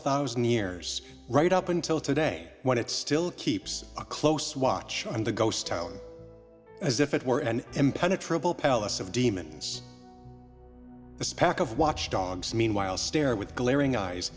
thousand years right up until today when it still keeps a close watch on the ghost town as if it were an impenetrable palace of demons this pack of watch dogs meanwhile stare with glaring eyes